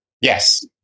yes